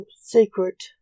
secret